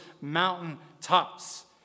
mountaintops